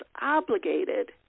obligated